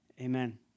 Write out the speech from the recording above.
Amen